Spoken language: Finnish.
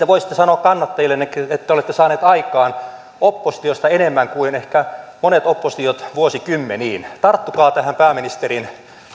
voisitte sanoa kannattajillenne että te olette saaneet aikaan oppositiosta enemmän kuin ehkä monet oppositiot vuosikymmeniin tarttukaa tähän pääministerin